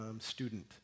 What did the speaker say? student